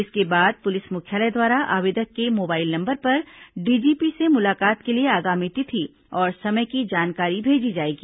इसके बाद पुलिस मुख्यालय द्वारा आवेदक के मोबाइल नंबर पर डीजीपी से मुलाकात के लिए आगामी तिथि और समय की जानकारी भेजी जाएगी